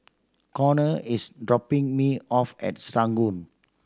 Conner is dropping me off at Serangoon